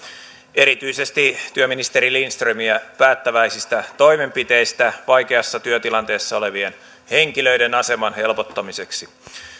erityisesti työministeri lindströmiä päättäväisistä toimenpiteistä vaikeassa työtilanteessa olevien henkilöiden aseman helpottamiseksi